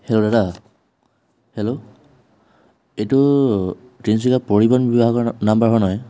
hello দাদা hello এইটো তিনিচুকীয়া পৰিবহণ বিভাগৰ নম্বৰ হয়নে নহয়